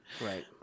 Right